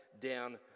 down